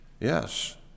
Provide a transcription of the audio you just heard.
Yes